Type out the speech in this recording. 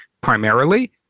primarily